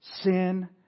sin